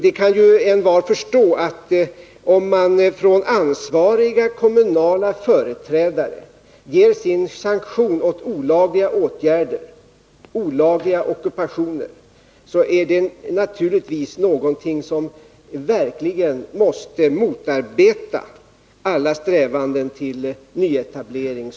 Och envar kan förstå att om ansvariga företrädare för kommunen gett sanktion åt olagliga ockupationer måste det naturligtvis motarbeta alla strävanden till nya etableringar.